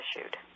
issued